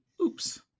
Oops